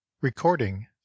Recording